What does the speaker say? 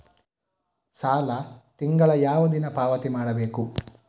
ಸಾಲ ತಿಂಗಳ ಯಾವ ದಿನ ಪಾವತಿ ಮಾಡಬೇಕು?